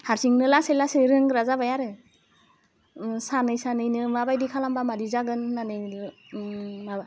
हारसिंनो लासै लासै रोंग्रा जाबाय आरो ओम सानै सानैनो माबायदि खालामबा मारै जागोन होननानै माबा